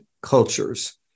cultures